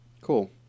Cool